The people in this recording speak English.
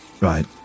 right